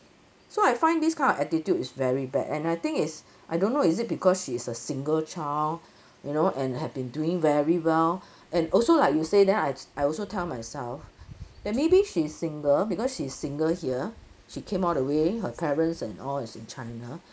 so I find this kind of attitude is very bad and I think is I don't know is it because she's a single child you know and have been doing very well and also like you say then I I also told myself that maybe she is single because she's single here she came all the way her parents and all is in china